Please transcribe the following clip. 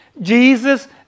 Jesus